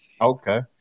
Okay